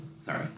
Sorry